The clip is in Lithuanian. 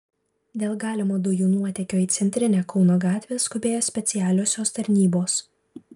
dėl galimo dujų nuotėkio į centrinę kauno gatvę skubėjo specialiosios tarnybos